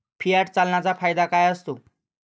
Fiat चलनाचा फायदा काय असतो?